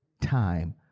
time